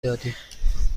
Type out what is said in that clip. دادیم